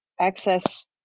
Access